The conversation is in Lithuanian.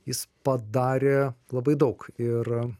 jis padarė labai daug ir